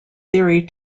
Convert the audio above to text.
theory